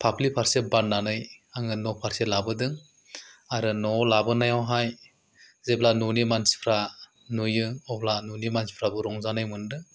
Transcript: फाफ्लि फारसे बान्नानै आङो न' फारसे लाबोदों आरो न'आव लाबोनायावहाय जेब्ला न'नि मानसिफ्रा नुयो अब्ला न'नि मानसिफ्राबो रंजानाय मोनदों